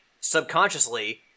subconsciously